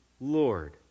Lord